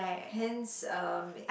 hence um